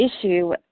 issue